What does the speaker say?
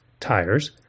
tires